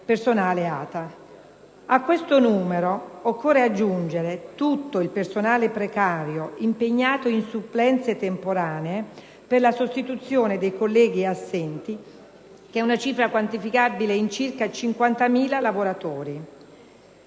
A questo numero occorre aggiungere tutto il personale precario, impegnato in supplenze temporanee per la sostituzione dei colleghi assenti, quantificabile in circa 50.000 lavoratori.